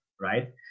right